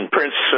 Prince